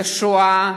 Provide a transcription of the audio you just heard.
לשואה,